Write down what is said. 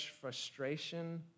frustration